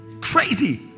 Crazy